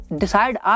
decide